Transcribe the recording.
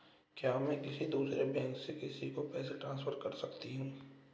क्या मैं किसी दूसरे बैंक से किसी को पैसे ट्रांसफर कर सकती हूँ?